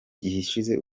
gishize